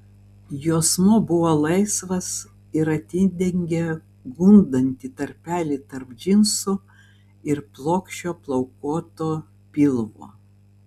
juosmuo buvo laisvas ir atidengė gundantį tarpelį tarp džinsų ir plokščio plaukuoto pilvo